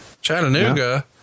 Chattanooga